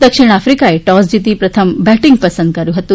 દક્ષિણ આફિકાએ ટોસ જીતી પ્રથમ બેટીંગ પસંદ કર્યું હતું